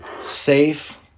safe